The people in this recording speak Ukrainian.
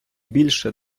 більше